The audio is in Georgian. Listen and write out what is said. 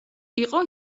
იყო